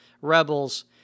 rebels